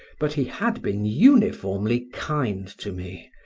but he had been uniformly kind to me,